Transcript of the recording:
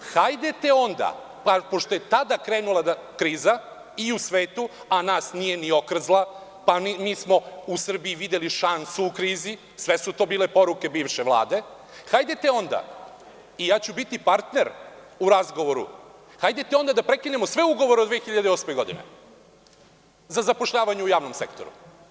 Hajdete onda, pošto je tada krenula kriza i u svetu, a nas nije ni okrzla, mi smo u Srbiji videli šansu u krizi, sve su to bile poruke bivše Vlade, hajde onda i ja ću biti partner u razgovoru, hajde onda da prekinemo sve ugovore od 2008. godine za zapošljavanje u javnom sektoru.